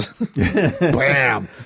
Bam